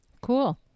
Cool